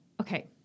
okay